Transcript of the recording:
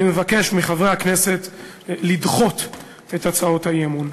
אני מבקש מחברי הכנסת לדחות את הצעות האי-אמון.